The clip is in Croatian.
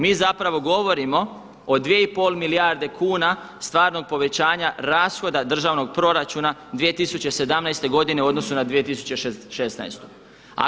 Mi zapravo govorimo o 2,5 milijarde kuna stvarnog povećanja rashoda državnog proračuna 2017. godine u odnosu na 2016. godinu.